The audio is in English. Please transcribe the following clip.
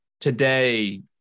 today